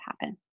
happen